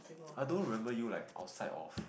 I don't remember you like outside of